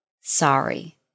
sorry